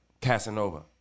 Casanova